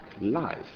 life